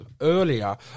earlier